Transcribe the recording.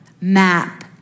map